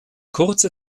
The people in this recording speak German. kurze